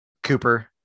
cooper